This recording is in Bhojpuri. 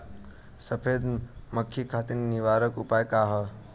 सफेद मक्खी खातिर निवारक उपाय का ह?